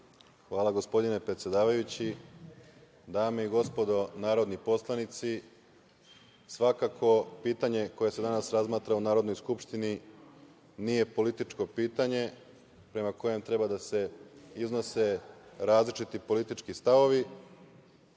Hvala, gospodine predsedavajući. Dame i gospodo narodni poslanici, svakako pitanje koje se danas razmatra u Narodnoj skupštini nije političko pitanje prema kojem treba da se iznose različiti politički stavovi,